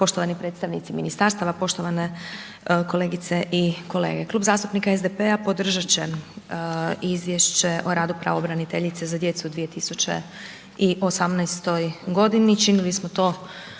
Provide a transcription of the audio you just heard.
poštovani predstavnici ministarstava, poštovane kolegice i kolege. Klub zastupnika SDP-a, podržati će izvješće o radu pravobraniteljice za djecu 2018. g. činili smo to